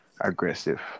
aggressive